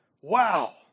wow